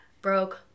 broke